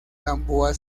gamboa